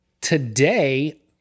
Today